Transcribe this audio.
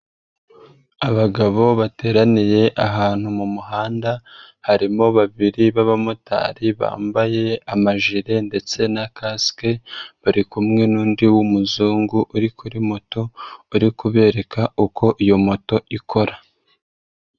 Abagabo bateraniye ahantu mu muhanda harimo babiri b'abamotari bambaye amajire ndetse na kasike bari kumwe n'undi w'umuzungu uri kuri moto, uri kubereka uko iyo moto ikora.